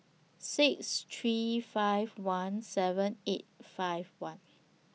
six three five one seven eight five one